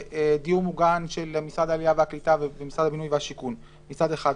לדיור מוגן של משרד העלייה והקליטה ומשרד הבינוי והשיכון מצד אחד,